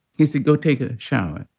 he said, go take a shower,